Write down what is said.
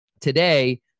today